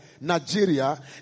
Nigeria